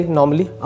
normally